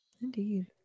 Indeed